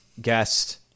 guest